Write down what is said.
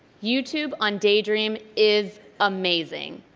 youtube on daydream is amazing.